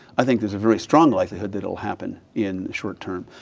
i think there is a very strong likelihood it will happen in short term.